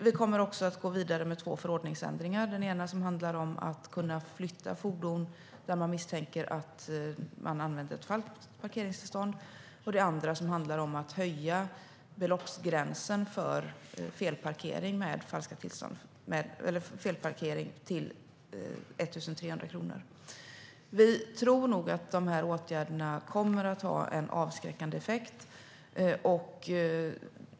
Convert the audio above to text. Vi kommer också att gå vidare med två förordningsändringar. Den ena handlar om att kunna flytta fordon när man misstänker att det används ett falskt parkeringstillstånd. Den andra handlar om att höja beloppsgränsen för felparkering med falska tillstånd till 1 300 kronor. Vi tror nog att de åtgärderna kommer att ha en avskräckande effekt.